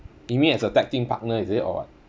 you mean as a tag team partner is it or what